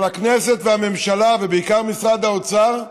אבל הכנסת והממשלה, ובעיקר משרד האוצר,